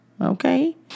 Okay